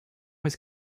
was